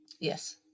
Yes